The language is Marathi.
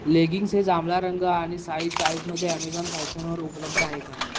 लेगिंग्स हे जांभळा रंग आणि सायज चाळीसमध्ये ॲमेझॉन फॅशनवर उपलब्ध आहे का